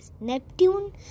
Neptune